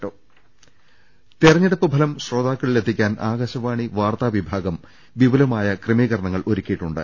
രുട്ടിട്ട്ട്ട്ട്ട്ട തെരഞ്ഞെടുപ്പ് ഫലം ശ്രേതാക്കളിലെത്തിക്കാൻ ആകാശവാണി വാർത്താ വിഭാഗം വിപുലമായ ക്രമീകരണങ്ങൾ ഒരുക്കിയിട്ടുണ്ട്